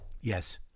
Yes